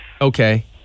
Okay